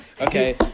Okay